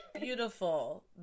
beautiful